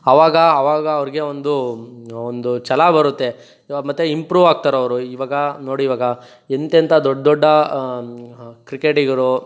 ಆವಾಗ ಆವಾಗ ಅವ್ರಿಗೆ ಒಂದು ಒಂದು ಛಲ ಬರುತ್ತೆ ಮತ್ತೆ ಇಂಪ್ರೂವ್ ಆಗ್ತಾರೆ ಅವರು ಇವಾಗ ನೋಡಿ ಇವಾಗ ಎಂತೆಂಥ ದೊಡ್ಡ ದೊಡ್ಡ ಕ್ರಿಕೆಟಿಗರು